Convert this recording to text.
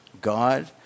God